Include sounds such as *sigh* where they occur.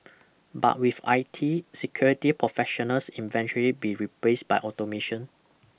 *noise* but with I T security professionals eventually be replaced by automation